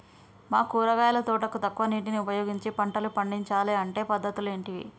మా కూరగాయల తోటకు తక్కువ నీటిని ఉపయోగించి పంటలు పండించాలే అంటే పద్ధతులు ఏంటివి?